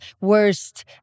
worst